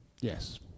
Yes